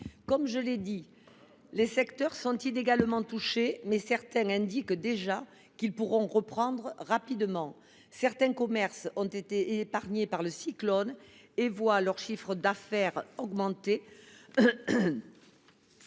Je le répète, si les secteurs sont inégalement touchés, certains indiquent déjà qu’ils pourront reprendre rapidement leur activité. Certains commerces ont été épargnés par le cyclone et voient leur chiffre d’affaires augmenter.